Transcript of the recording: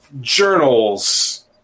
journals